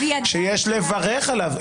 שיש לברך עליו,